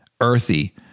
earthy